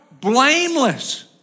blameless